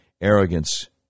arrogance